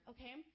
Okay